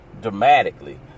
dramatically